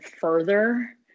further